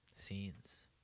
Scenes